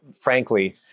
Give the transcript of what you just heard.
frankly-